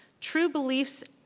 true beliefs,